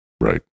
Right